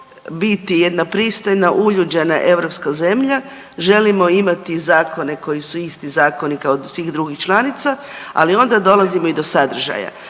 biti jedna pristojna, uljuđena europska zemlja, želimo imati zakone koji su isti zakoni kao svih drugih članica, ali onda dolazimo i do sadržaja.